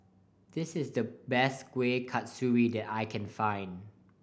this is the best Kueh Kasturi that I can find